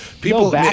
people